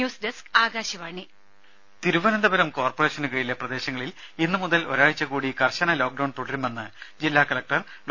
രുമ തിരുവനന്തപുരം കോർപ്പറേഷനു കീഴിലെ പ്രദേശങ്ങളിൽ ഇന്നു മുതൽ ഒരാഴ്ച കൂടി കർശന ലോക്ക്ഡൌൺ തുടരുമെന്ന് ജില്ലാ കലക്ടർ ഡോ